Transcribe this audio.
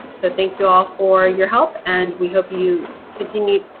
so thank you all for your help and we hope you continue